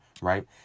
Right